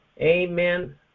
Amen